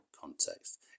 context